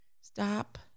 stop